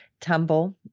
tumble